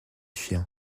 chien